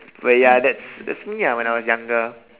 but ya that's that's me ah when I was younger